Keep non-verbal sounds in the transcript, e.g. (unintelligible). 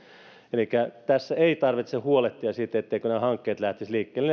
elikkä tässä ei tarvitse huolehtia siitä etteivätkö nämä hankkeet lähtisi liikkeelle (unintelligible)